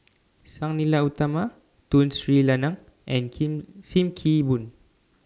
Sang Nila Utama Tun Sri Lanang and Kim SIM Kee Boon